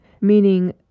meaning